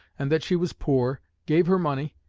and that she was poor, gave her money,